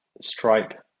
stripe